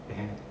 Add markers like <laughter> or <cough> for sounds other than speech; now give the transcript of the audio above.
<laughs>